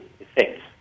effects